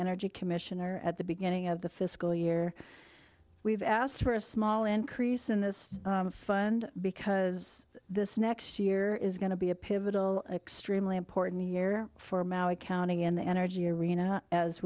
energy commissioner at the beginning of the fiscal year we've asked for a small increase in this fund because this next year is going to be a pivotal extremely important year for maui county in the energy arena as